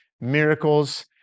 miracles